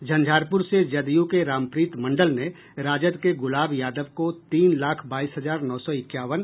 झंझारपुर से जदयू के रामप्रीत मंडल ने राजद के गुलाब यादव को तीन लाख बाईस हजार नौ सौ इक्यावन